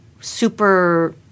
super